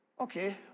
okay